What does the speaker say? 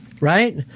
Right